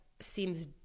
seems